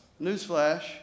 Newsflash